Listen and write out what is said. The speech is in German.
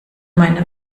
meiner